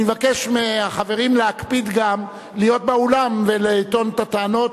אני מבקש מהחברים להקפיד גם להיות באולם ולטעון את הטענות,